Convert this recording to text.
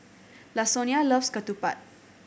Lasonya loves ketupat